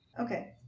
Okay